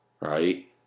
right